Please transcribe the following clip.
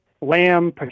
Lamb